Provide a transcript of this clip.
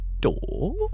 door